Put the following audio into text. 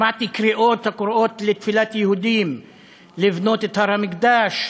שמעתי קריאות לתפילת יהודים לבנות את הר המקדש,